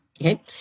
Okay